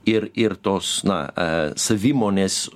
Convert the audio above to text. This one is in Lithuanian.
ir ir tos na ee savimonės